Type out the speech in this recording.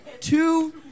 two